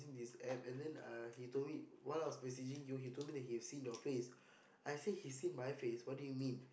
in his App and then uh he told me while I was messaging you he told me that he has seen your face I said he's seen my face what do you mean